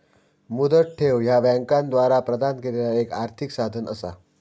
मुदत ठेव ह्या बँकांद्वारा प्रदान केलेला एक आर्थिक साधन असा